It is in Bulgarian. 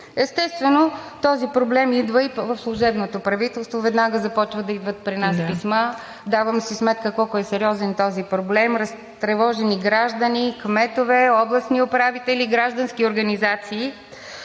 Естествено, този проблем идва и в служебното правителство – веднага започват да идват при нас писма. Давам си сметка колко е сериозен този проблем – разтревожени граждани, кметове, областни управители, граждански организации.